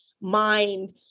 mind